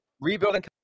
Rebuilding